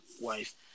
wife